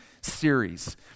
series